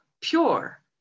pure